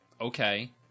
okay